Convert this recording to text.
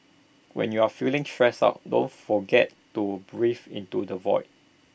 when you are feeling stressed out don't forget to breathe into the void